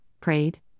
prayed